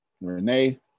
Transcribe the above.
Renee